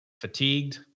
fatigued